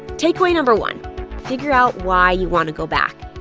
takeaway no. one figure out why you want to go back.